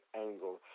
angle